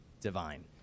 divine